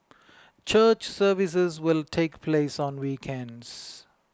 church services will take place on weekends